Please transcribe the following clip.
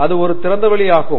அது ஒரு திறந்தவெளி ஆகும்